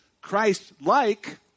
Christ-like